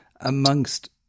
amongst